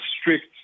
strict